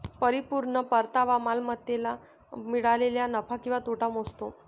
परिपूर्ण परतावा मालमत्तेला मिळालेला नफा किंवा तोटा मोजतो